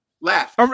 Left